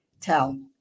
tell